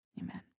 Amen